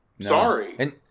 Sorry